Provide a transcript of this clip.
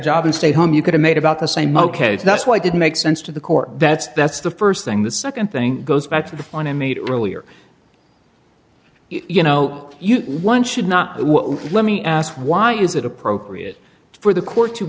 job and stay home you could've made about the same ok so that's why i did make sense to the court that's that's the st thing the nd thing goes back to the fun i made earlier you know one should not let me ask why is it appropriate for the court to